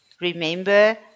remember